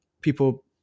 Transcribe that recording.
People